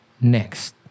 next